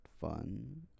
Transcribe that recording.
fun